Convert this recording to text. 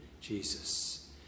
Jesus